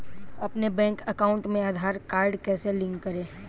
अपने bank account में Aadhaar card कैसे लिंक करें?